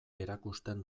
erakusten